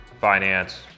finance